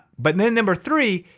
but then number three,